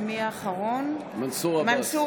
נגד מנסור